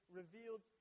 revealed